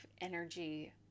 energy